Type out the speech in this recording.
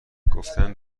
گفتن